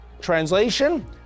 Translation